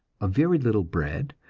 a very little bread,